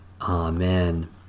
Amen